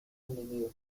enemigo